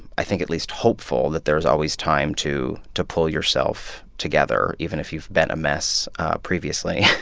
i think, at least hopeful that there's always time to to pull yourself together, even if you've been a mess previously.